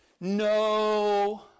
No